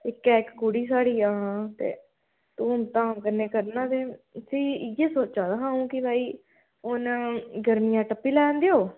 इक्कै इक्क कुड़ी साढ़ी ऐ हां ते हून धाम कन्नै करना देन फ्ही इ'यै सोचा दा हा अ'ऊं की बाई हून गर्मियां टप्पी लैन देओ